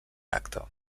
tacte